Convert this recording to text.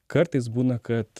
kartais būna kad